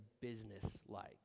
business-like